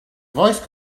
voice